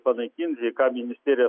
panaikinti ką misterija